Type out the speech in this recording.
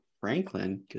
Franklin